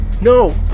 No